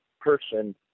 person